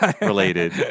related